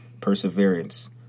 perseverance